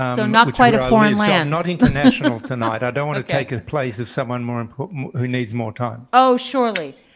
so not quite a foreign land. not international tonight. i don't wanna take the place of someone more important, who needs more time. oh, surely.